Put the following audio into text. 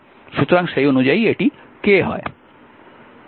সুতরাং সেই অনুযায়ী এটি K হয়